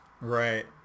Right